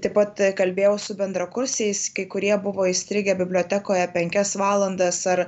taip pat kalbėjau su bendrakursiais kai kurie buvo įstrigę bibliotekoje penkias valandas ar